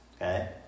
Okay